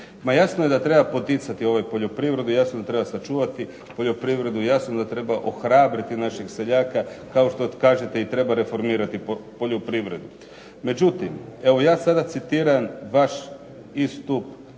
jasno je da treba poticati poljoprivredu, jasno da treba sačuvati poljoprivredu, jasno da treba ohrabriti našeg seljaka, kao što kažete i treba reformirati poljoprivredu. Međutim, evo ja sada citiram vaš istup